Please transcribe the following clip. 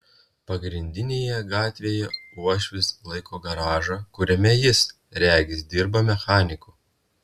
pagrindinėje gatvėje uošvis laiko garažą kuriame jis regis dirba mechaniku